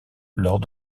lors